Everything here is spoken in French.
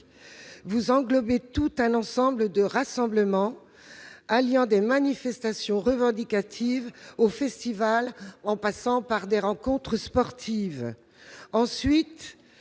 vous englobez un ensemble de rassemblements, allant des manifestations revendicatives aux festivals, en passant par les rencontres sportives. Par